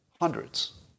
Hundreds